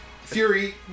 Fury